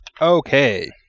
Okay